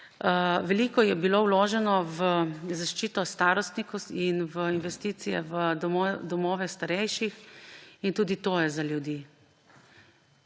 Veliko je bilo vloženo v zaščito starostnikov in v investicije v domove starejših in tudi to je za ljudi,